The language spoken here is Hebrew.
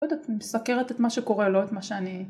מסקרת את מה שקורה לו את מה שאני